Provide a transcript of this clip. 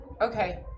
Okay